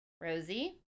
Rosie